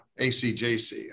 ACJC